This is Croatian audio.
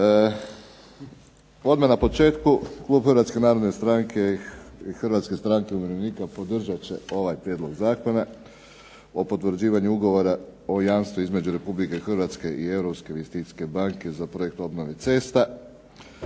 Odmah na početku, klub Hrvatske narodne stranke i Hrvatske stranke umirovljenika podržat će ovaj Prijedlog zakona o potvrđivanju Ugovora o jamstvu između Republike Hrvatske i Europske investicijske